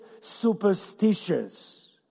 superstitious